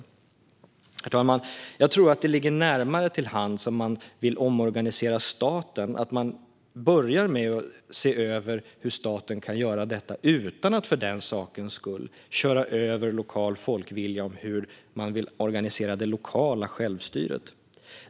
Herr talman! Jag tror att det ligger närmare till hands om man vill omorganisera staten att man börjar med att se över hur staten kan göra detta utan att för den sakens skull köra över lokal folkvilja om hur man vill organisera det lokala självstyret.